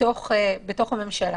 בתוך הממשלה.